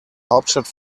hauptstadt